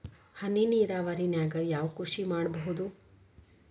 ಹನಿ ನೇರಾವರಿ ನಾಗ್ ಯಾವ್ ಕೃಷಿ ಮಾಡ್ಬೋದು?